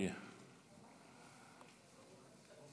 אני רואה